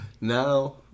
Now